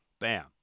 Bam